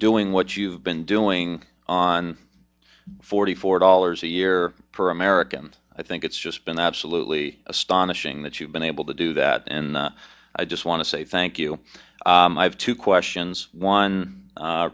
doing what you've been doing on forty four dollars a year for america and i think it's just been absolutely astonishing that you've been able to do that and i just want to say thank you i have two questions one